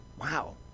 wow